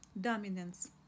Dominance